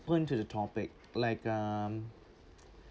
open to the topic like um